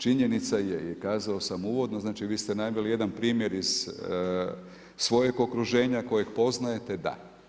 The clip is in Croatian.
Činjenica je i kazao sam uvodno, znači vi ste naveli jedan primjer iz okruženja kojeg poznajete, da.